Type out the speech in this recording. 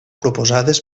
proposades